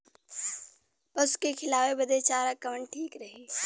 पशु के खिलावे बदे चारा कवन ठीक रही?